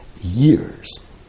years